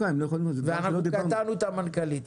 קטענו את המנכ"לית.